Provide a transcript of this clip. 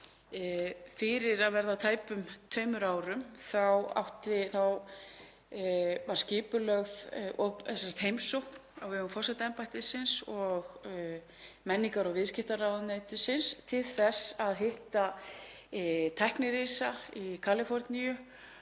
því að fyrir tæpum tveimur árum þá var skipulögð heimsókn á vegum forsetaembættisins og menningar- og viðskiptaráðuneytisins til þess að hitta tæknirisa í Kaliforníu